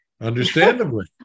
Understandably